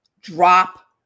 drop